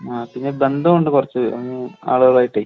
ആ പിന്നെ ബന്ധമുണ്ട് കുറച്ച് ആളുകളായിട്ടെ